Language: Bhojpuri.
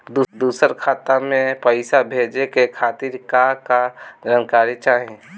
दूसर खाता में पईसा भेजे के खातिर का का जानकारी चाहि?